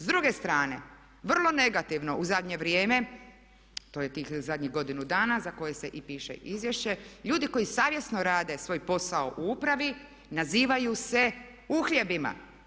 S druge strane, vrlo negativno u zadnje vrijeme, to je tih zadnjih godinu dana za koje se i piše izvješće ljudi koji savjesno rade svoj posao u upravi nazivaju se uhljebima.